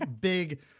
big